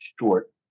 short